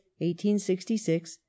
1866